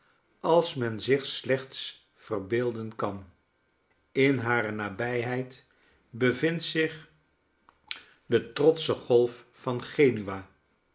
als men zich slechts verbeelden kan in hare nabijheid bevindt zich de trotsche golf van genua